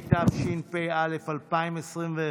התשפ"א 2021,